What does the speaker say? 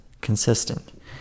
consistent